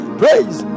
praise